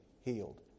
healed